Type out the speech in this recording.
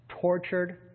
tortured